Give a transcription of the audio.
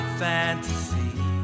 fantasy